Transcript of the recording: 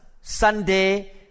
Sunday